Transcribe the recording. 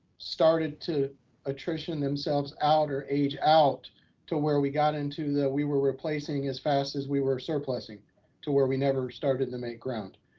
started to attrition themselves out or age out to where we got into the we were replacing as fast as we were so surpassing to where we never started to make ground.